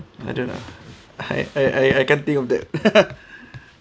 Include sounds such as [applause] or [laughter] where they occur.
I don't know I I I can't think of that [laughs]